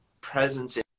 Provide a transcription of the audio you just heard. presence